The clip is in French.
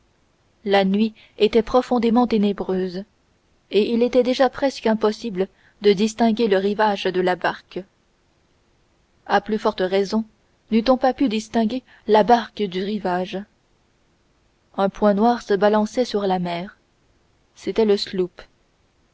la nuit était profondément ténébreuse et il était déjà presque impossible de distinguer le rivage de la barque à plus forte raison n'eût-on pas pu distinguer la barque du rivage un point noir se balançait sur la mer c'était le